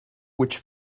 which